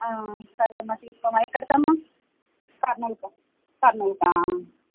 సర్లేమ్మా తీసుకోమ్మా ఎక్కడకమ్మా కర్నాల్క కర్నాల్కా